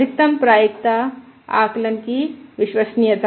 अधिकतम प्रायिकता आकलन की विश्वसनीयता